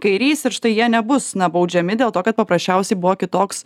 kairys ir štai jie nebus na baudžiami dėl to kad paprasčiausiai buvo kitoks